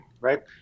right